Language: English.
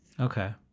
Okay